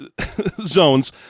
zones